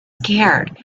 scared